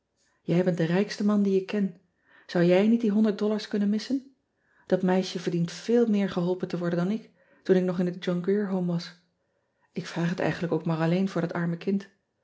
ij bent de rijkste man dien ik ken ou jij niet die honderd dollars kunnen missen at meisje verdient veel meer geholpen te worden dan ik toen ik nog in het ohn rier ome was k vraag het eigenlijk ook maar alleen voor dat arme kind